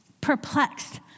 perplexed